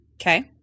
Okay